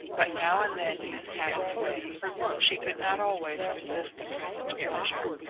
but now and then youth had its way she could not always resist the present pleasure.